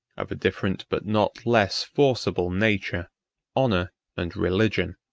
of a different, but not less forcible nature honor and religion.